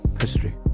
History